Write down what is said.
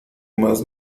más